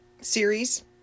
series